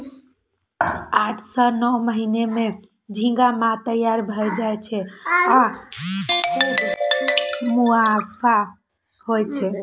आठ सं नौ महीना मे झींगा माछ तैयार भए जाय छै आ खूब मुनाफा होइ छै